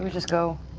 i mean just go?